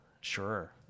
Sure